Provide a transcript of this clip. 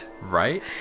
Right